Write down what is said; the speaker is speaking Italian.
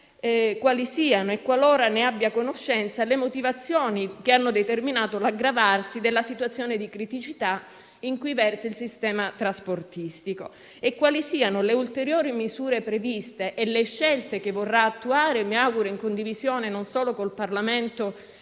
premessa e, qualora ne abbia conoscenza, le motivazioni che hanno determinato l'aggravarsi della situazione di criticità in cui versa il sistema trasportistico. Chiediamo altresì di sapere quali siano le ulteriori misure previste e le scelte che vorrà attuare, mi auguro in condivisione non solo con il Parlamento